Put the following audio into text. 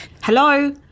hello